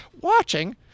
watching